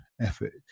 effort